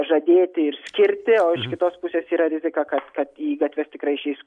žadėti ir skirti o iš kitos pusės yra rizika kad kad į gatves tikrai išeis